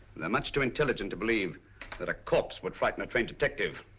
they're much too intelligent to believe that a corpse would frighten a trained detective.